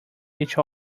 each